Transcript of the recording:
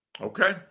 Okay